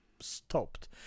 stopped